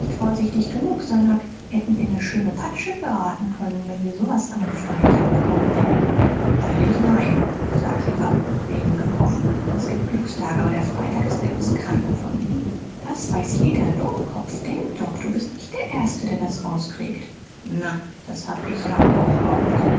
vorsichtig genug sein huck hätten in ne schöne patsche geraten können wenn wir so was an nem freitag begonnen hätten will ich meinen sag lieber wären gekommen s gibt glückstage aber der freitag ist gewiß keiner von ihnen das weiß jeder dummkopf denk doch du bist nicht der erste der das rauskriegt na das hab ich ja doch auch nicht